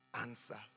Answer